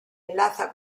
enlaza